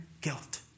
guilt